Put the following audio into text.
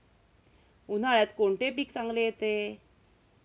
उन्हाळ्यात कोणते पीक चांगले येते?